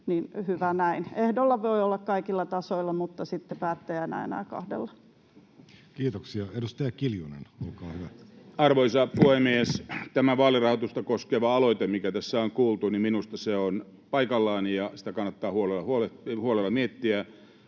hyvä näin. Ehdolla voi olla kaikilla tasoilla mutta sitten päättäjänä enää kahdella. Kiitoksia. — Edustaja Kiljunen, olkaa hyvä. Arvoisa puhemies! Tämä vaalirahoitusta koskeva aloite, mikä tässä on kuultu, on minusta paikallaan, ja sitä kannattaa huolella miettiä.